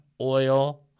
oil